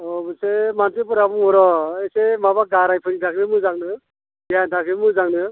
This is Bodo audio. औ मोनसे मानसिफोरा बुङो र' इसे माबा गारायफोरनि थाखायबो मोजांनो देहानि थाखायबो मोजांनो